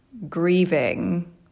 grieving